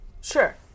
Sure